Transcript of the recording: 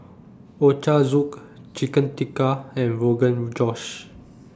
Ochazuke Chicken Tikka and Rogan Josh